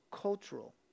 cultural